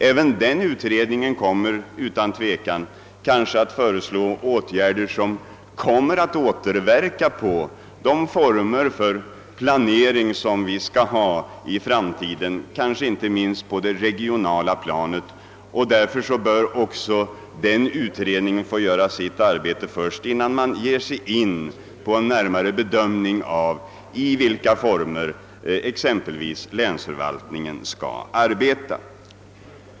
Även den utredningen kommer utan tvivel att föreslå åtgärder som återverkar på den ordning för planeringen som vi skall ha i framtiden, inte minst på det regionala planet. Därför bör denna utredning få slutföra sitt arbete innan vi ger oss in på en närmare bedömning av under vilka former exempelvis länsförvaltningen skall arbeta.